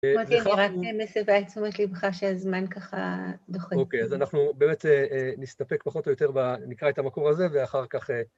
אני רק מסבה את תשומת לבך שהזמן ככה דוחה אוקיי, אז אנחנו באמת נסתפק פחות או יותר, נקרא את המקור הזה, ואחר כך